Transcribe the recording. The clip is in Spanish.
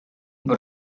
por